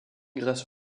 grâce